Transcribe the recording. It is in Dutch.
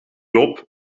loop